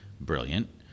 brilliant